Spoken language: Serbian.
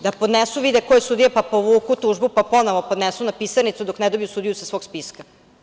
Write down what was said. Da podnesu, vide ko je sudija, pa povuku tužbu, pa ponovo podnesku na pisarnicu dok ne dobiju sudiju sa svog spiska.